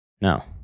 No